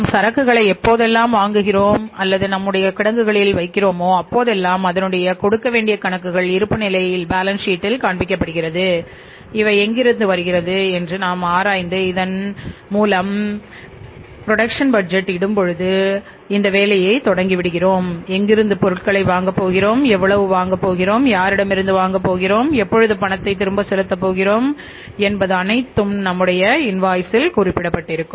நாம் சரக்குகளை எப்போதெல்லாம் வாங்குகிறோம் அல்லது நம்முடைய கிடங்குகளில் வைக்கிறோமோ அப்போதெல்லாம் அதனுடைய கொடுக்க வேண்டிய கணக்குகள் இருப்பு நிலையில்பேலன்ஸ் ஷீட் குறிப்பிட்டிருக்கும்